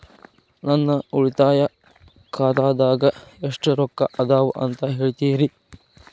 ನನ್ನ ಉಳಿತಾಯ ಖಾತಾದಾಗ ಎಷ್ಟ ರೊಕ್ಕ ಅದ ಅಂತ ಹೇಳ್ತೇರಿ?